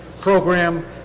program